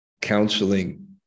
counseling